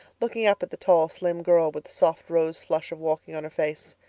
looking up at the tall, slim girl with the soft rose-flush of walking on her face.